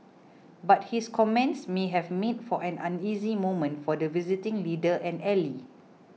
but his comments may have made for an uneasy moment for the visiting leader and ally